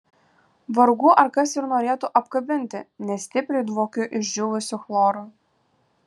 vargu ar kas ir norėtų apkabinti nes stipriai dvokiu išdžiūvusiu chloru